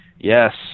Yes